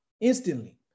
instantly